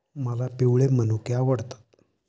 मला पिवळे मनुके आवडतात